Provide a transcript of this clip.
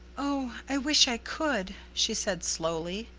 oh, i wish i could, she said slowly,